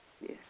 Yes